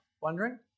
wondering